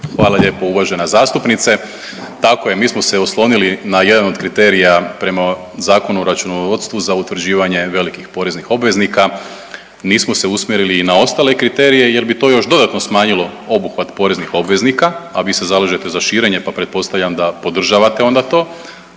Hvala lijepo uvažena zastupnice. Tako je, mi smo se oslonili na jedan od kriterija prema Zakonu o računovodstvu za utvrđivanje velikih poreznih obveznika, nismo se usmjerili i na ostale kriterije jer bi to još dodatno smanjilo obuhvat poreznih obveznika, a vi se zalažete za širenje, pa pretpostavljam da podržavate onda to.